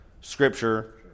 scripture